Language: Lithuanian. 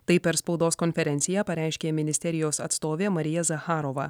tai per spaudos konferenciją pareiškė ministerijos atstovė marija zacharova